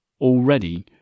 already